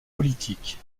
politiques